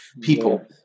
People